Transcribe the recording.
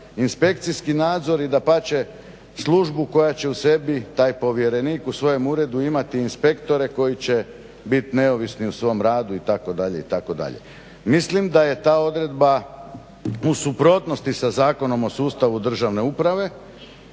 inspekcijski nadzor i dapače službu koja će u sebi, taj povjerenik u svojem uredu imati inspektore koji će bit neovisni u svom radu itd. itd. Mislim da je ta odredba u suprotnosti sa Zakonom o sustavu državne uprave.